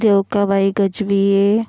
Devkabai Gajbhiye